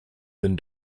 been